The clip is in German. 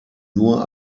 nur